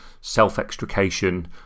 self-extrication